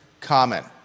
comment